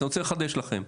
אני רוצה לחדש לכם.